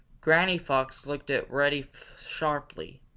granny fox looked at reddy sharply.